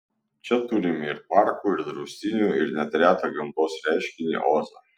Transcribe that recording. čia turime ir parkų ir draustinių ir net retą gamtos reiškinį ozą